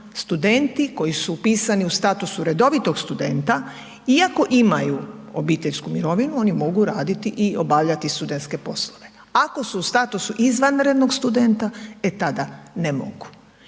studenti koji su upisani u statusu redovitog studenta iako imaju obiteljsku mirovinu oni mogu raditi i obavljati studentske poslove, ako su u statusu izvanrednog studenta e tada ne mogu.